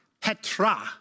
Petra